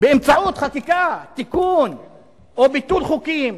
באמצעות חקיקה, תיקון או ביטול חוקים,